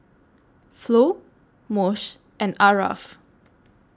Flo Moshe and Aarav